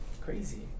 Crazy